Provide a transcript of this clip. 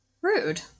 Rude